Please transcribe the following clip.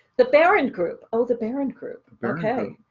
the behrend group. oh the behrend group, okay.